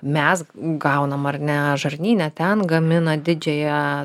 mes gaunam ar ne žarnyne ten gamina didžiąją